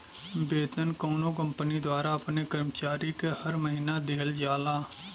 वेतन कउनो कंपनी द्वारा अपने कर्मचारी के हर महीना दिहल जाला